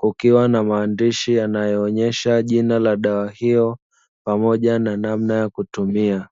kukiwa na maandishi yakionesha jina la dawa hiyo pamoja na namna ya kutumia.